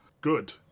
good